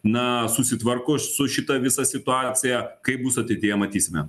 na susitvarko su šita visa situacija kaip bus ateityje matysime